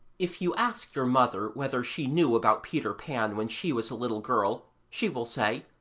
if you ask your mother whether she knew about peter pan when she was a little girl, she will say,